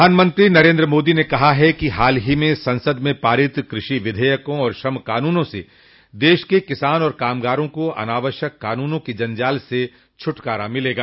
प्रधानमंत्री नरेन्द्र मोदी ने कहा है कि हाल ही में संसद में पारित कृषि विधेयकों और श्रम कानूनों से देश के किसान और कामगारों को अनावश्यक कानूनों के जंजाल से छुटकारा मिलेगा